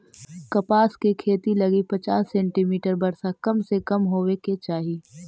कपास के खेती लगी पचास सेंटीमीटर वर्षा कम से कम होवे के चाही